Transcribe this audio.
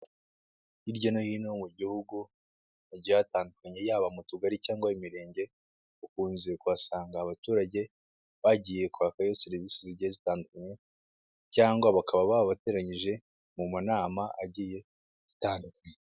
Hirya no hino mu gihugu, hagiye hatandukanye, yaba mu tugari cyangwa imirenge, ukunze kuhasanga abaturage bagiye kwakayo serivisi zigiye zitandukanye cyangwa bakaba babateranyije mu manama agiye atandukanye.